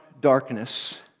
darkness